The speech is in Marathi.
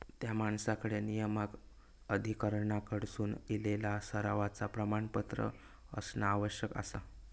त्या माणसाकडे नियामक प्राधिकरणाकडसून इलेला सरावाचा प्रमाणपत्र असणा आवश्यक आसा